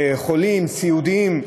חולים וסיעודיים.